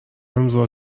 امضا